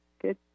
Good